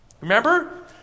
Remember